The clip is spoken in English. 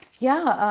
yeah.